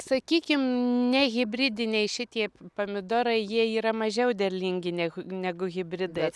sakykim ne hibridiniai šitie pomidorai jie yra mažiau derlingi neh negu hibridai